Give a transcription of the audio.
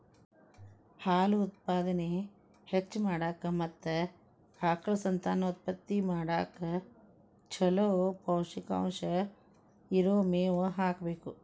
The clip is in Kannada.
ಹಾಲು ಉತ್ಪಾದನೆ ಹೆಚ್ಚ್ ಮಾಡಾಕ ಮತ್ತ ಆಕಳ ಸಂತಾನೋತ್ಪತ್ತಿ ಮಾಡಕ್ ಚೊಲೋ ಪೌಷ್ಟಿಕಾಂಶ ಇರೋ ಮೇವು ಹಾಕಬೇಕು